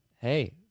Hey